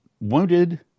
wounded